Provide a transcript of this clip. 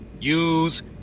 use